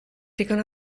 ddigon